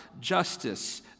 justice